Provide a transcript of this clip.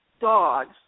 dogs